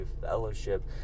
fellowship